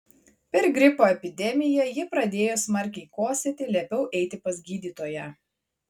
per gripo epidemiją ji pradėjo smarkiai kosėti liepiau eiti pas gydytoją